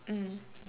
mm